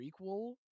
prequel